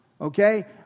Okay